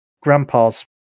grandpa's